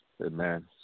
Amen